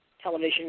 television